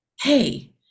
Hey